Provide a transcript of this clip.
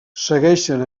segueixen